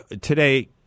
today